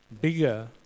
bigger